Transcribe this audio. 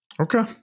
Okay